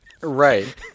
Right